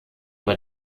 bei